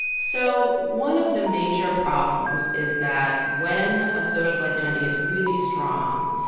so one of the major problems is that when a social identity is really strong,